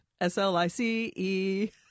S-L-I-C-E